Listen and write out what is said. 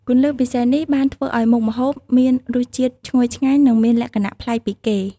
គន្លឹះពិសេសនេះបានធ្វើឱ្យមុខម្ហូបមានរសជាតិឈ្ងុយឆ្ងាញ់និងមានលក្ខណៈប្លែកពីគេ។